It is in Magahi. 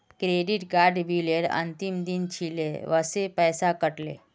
क्रेडिट कार्ड बिलेर अंतिम दिन छिले वसे पैसा कट ले